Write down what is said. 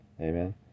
Amen